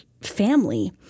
family